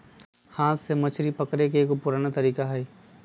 हाथ से मछरी पकड़े के एगो ई पुरान तरीका हई